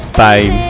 Spain